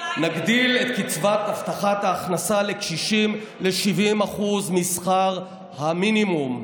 נגדיל את קצבת הבטחת ההכנסה לקשישים ל-70% משכר המינימום,